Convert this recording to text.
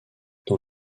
dans